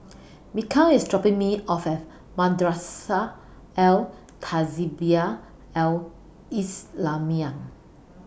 Mikal IS dropping Me off Madrasah Al Tahzibiah Al Islamiah